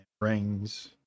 rings